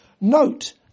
Note